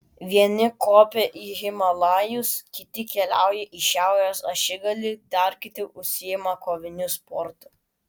vieni kopia į himalajus kiti keliauja į šiaurės ašigalį dar kiti užsiima koviniu sportu